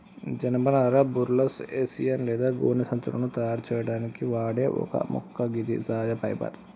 జనపనార burlap, hessian లేదా గోనె సంచులను తయారు సేయడానికి వాడే ఒక మొక్క గిది సహజ ఫైబర్